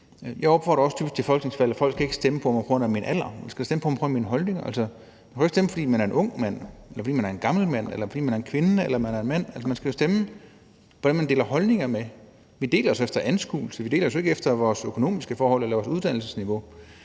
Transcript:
Jeg opfordrer også typisk ved folketingsvalg til, at folk ikke skal stemme på mig på grund af min alder. Man skal stemme på mig på grund af mine holdninger. Man behøver ikke stemme på nogen, fordi det er en ung mand, eller fordi det er en gammel mand, eller fordi det er en kvinde eller det er en mand. Man skal jo stemme på dem, man deler holdninger med. Vi deler os efter anskuelse; vi deler os jo ikke efter vores økonomiske forhold eller vores uddannelsesniveau.